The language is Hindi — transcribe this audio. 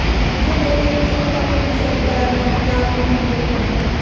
मुझे मेरे ए.टी.एम का पिन रीसेट कराना है क्या आप मेरी मदद करेंगे?